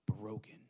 broken